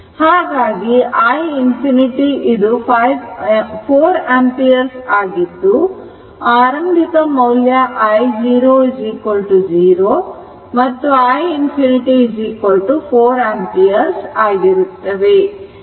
ಹಾಗಾಗಿ i ∞ 4 ampere ಆಗಿದ್ದು ಪ್ರಾರಂಭಿಕ ಮೌಲ್ಯ i0 0 ಮತ್ತು i ∞ 4 ampere ಆಗಿರುತ್ತವೆ